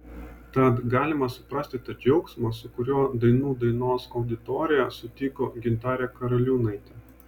tad galima suprasti tą džiaugsmą su kuriuo dainų dainos auditorija sutiko gintarę karaliūnaitę